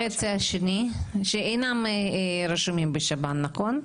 וחצי השני, שאינם רשומים בשב"ן, נכון?